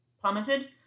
plummeted